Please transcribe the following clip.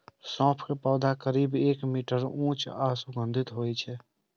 सौंफ के पौधा करीब एक मीटर ऊंच आ सुगंधित होइ छै